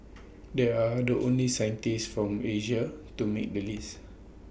they are the only scientists from Asia to make the list